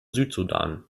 südsudan